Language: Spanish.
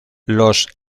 los